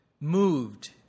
Moved